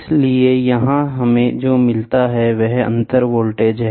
इसलिए यहां हमें जो मिलता है वह अंतर वोल्टेज है